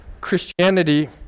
Christianity